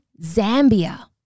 Zambia